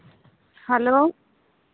hello